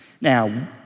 Now